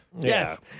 Yes